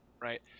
right